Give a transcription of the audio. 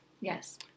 Yes